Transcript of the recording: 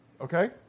okay